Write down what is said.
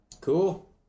Cool